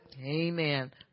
Amen